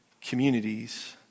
communities